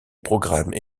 programmes